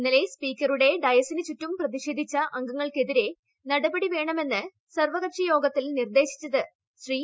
ഇന്നലെ സ്പീക്കറുടെ ഡയസിന് ചുറ്റ്ട് പ്പതിഷേധിച്ച അംഗങ്ങൾക്കെതിരെ നടപടി വേണമെന്ന് സർവ്വകൾമി യോഗത്തിൽ നിർദ്ദേശിച്ചത് ശ്രീ